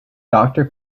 doctor